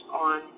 on